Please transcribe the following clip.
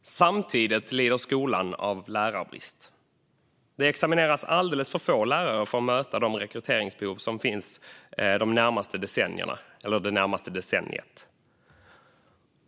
Samtidigt lider skolan av lärarbrist. Det examineras alldeles för få lärare för att vi ska kunna möta de rekryteringsbehov som finns det närmaste decenniet.